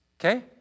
Okay